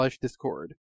discord